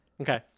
Okay